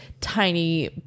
tiny